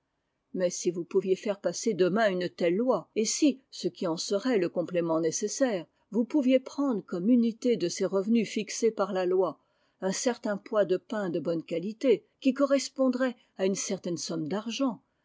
mais si vous pouviez faire passer demain une telle loi et si ce qui en serait le complément nécessaire vous pouviez prendre comme unité de ces revenus fixés par la loi un certain poids de pain de bonne qualité qui correspondrait à une certaine somme d'argent